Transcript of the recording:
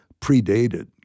predated